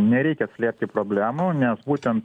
nereikia slėpti problemų nes būtent